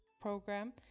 program